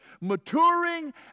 maturing